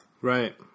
Right